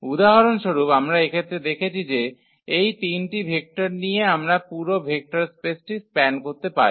উদাহরণস্বরূপ আমরা এক্ষেত্রে দেখেছি যে এই 3 টি ভেক্টর নিয়ে আমরা পুরো ভেক্টর স্পেসটি স্প্যান করতে পারি